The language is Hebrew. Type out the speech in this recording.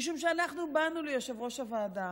משום שאנחנו באנו ליושב-ראש הוועדה,